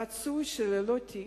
רצוי ללא תיק,